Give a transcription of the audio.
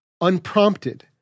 unprompted